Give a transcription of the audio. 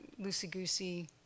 loosey-goosey